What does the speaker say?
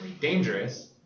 dangerous